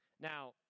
Now